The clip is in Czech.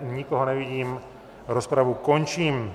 Nikoho nevidím, rozpravu končím.